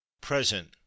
present